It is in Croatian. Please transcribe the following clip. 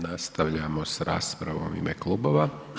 Nastavljamo s raspravom u ime klubova.